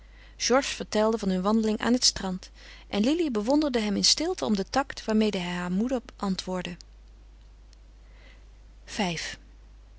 georges vertelde van hun wandeling aan het strand en lili bewonderde hem in stilte om den tact waarmede hij haar moeder antwoordde v